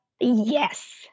yes